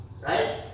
right